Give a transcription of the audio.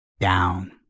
down